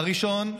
הראשון,